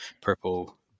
purple